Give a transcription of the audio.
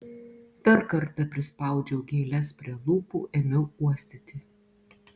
dar kartą prispaudžiau gėles prie lūpų ėmiau uostyti